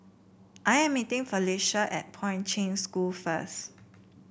I am meeting Felisha at Poi Ching School first